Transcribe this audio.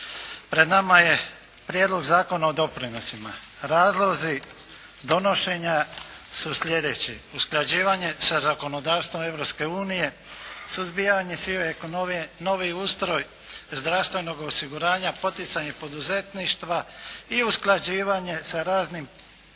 Pred nama je Prijedlog zakona o doprinosima. Razlozi donošenja su sljedeći: usklađivanje sa zakonodavstvom Europske unije, suzbijanje sive ekonomije, novi ustroj zdravstvenog osiguranja, poticanja poduzetništva i usklađivanje sa raznim